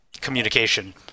communication